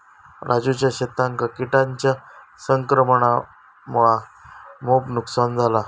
राजूच्या शेतांका किटांच्या संक्रमणामुळा मोप नुकसान झाला